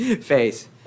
face